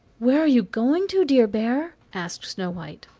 where are you going to, dear bear? asked snow-white.